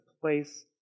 place